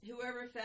Whoever